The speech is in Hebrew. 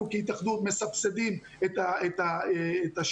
אנחנו כהתאחדות מסבסדים את השיפוט,